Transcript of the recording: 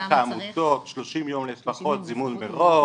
חוק העמותות, 30 יום לפחות זימון מראש.